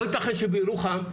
לא ייתכן שבירוחם,